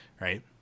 right